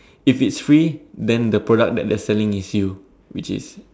if it's free then the product that they are selling is you which is